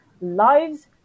lives